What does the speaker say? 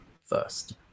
first